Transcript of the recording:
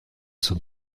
zum